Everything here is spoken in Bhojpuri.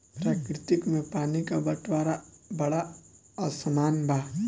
प्रकृति में पानी क बंटवारा बड़ा असमान बा